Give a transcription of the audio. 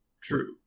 True